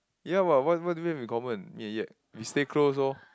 ya what what what do we have in common me and yet we stay close orh